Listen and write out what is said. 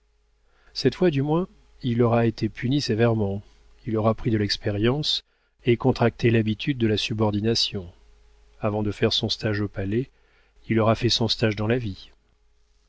cette fois du moins il aura été puni sévèrement il aura pris de l'expérience et contracté l'habitude de la subordination avant de faire son stage au palais il aura fait son stage dans la vie